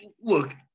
look